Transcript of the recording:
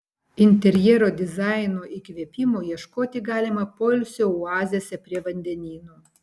interjero dizaino įkvėpimo ieškoti galima poilsio oazėse prie vandenyno